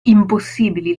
impossibili